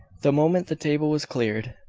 the moment the table was cleared,